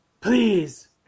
Please